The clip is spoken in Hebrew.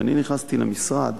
כשאני נכנסתי למשרד,